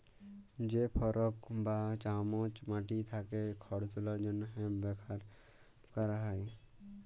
যে ফরক বা চামচ মাটি থ্যাকে খড় তুলার জ্যনহে ব্যাভার ক্যরা হয়